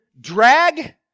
drag